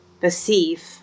perceive